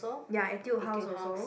ya Etude-House also